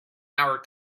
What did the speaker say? our